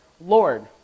Lord